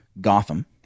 Gotham